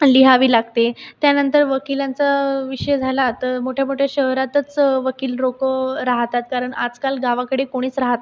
लिहावी लागते त्यानंतर वकिलांचा विषय झाला तर मोठ्या मोठ्या शहरातच वकील लोकं राहतात कारण आजकाल गावाकडे कोणीच राहत नाही